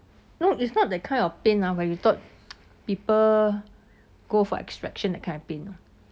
no it's not that kind of pain ah when you thought people go for extraction that kind of pain uh